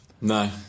No